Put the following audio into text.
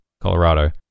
Colorado